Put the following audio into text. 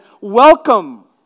welcome